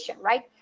right